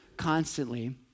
constantly